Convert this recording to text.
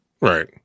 right